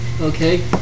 Okay